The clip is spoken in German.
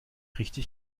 richtig